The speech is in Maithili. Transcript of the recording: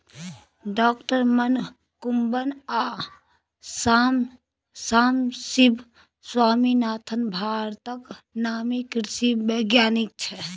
डॉ मनकुंबन आ सामसिब स्वामीनाथन भारतक नामी कृषि बैज्ञानिक छै